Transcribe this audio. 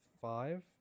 five